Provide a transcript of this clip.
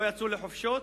לא יצאו לחופשות,